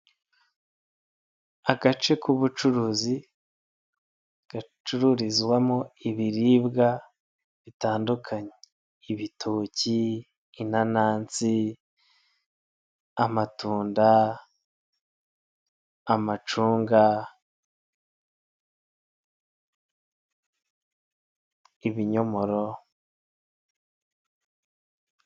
Agace k'ubucuruzi gacururizwamo ibiribwa bitandukanye, ibitoki, inanansi, amatunda, amacunga, ibinyomoro.